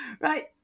right